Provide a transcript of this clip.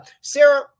Sarah